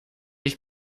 ich